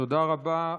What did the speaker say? תודה רבה.